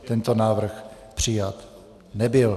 Tento návrh přijat nebyl.